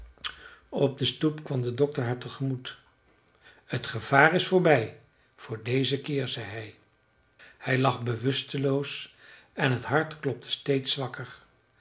op de stoep kwam de dokter haar tegemoet t gevaar is voorbij voor dezen keer zei hij hij lag bewusteloos en t hart klopte steeds zwakker